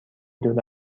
دور